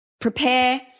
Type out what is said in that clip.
prepare